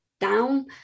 down